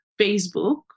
Facebook